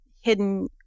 hidden